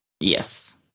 Yes